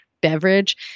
beverage